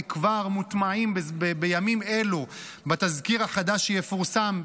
כבר מוטמעות בימים אלו בתזכיר החדש שיפורסם,